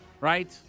right